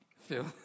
Phil